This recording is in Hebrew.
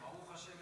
ברוך השם,